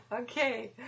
Okay